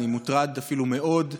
אני אפילו מוטרד מאוד,